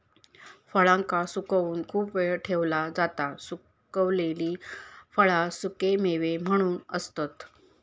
फळांका सुकवून खूप वेळ ठेवला जाता सुखवलेली फळा सुखेमेवे म्हणून असतत